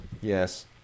yes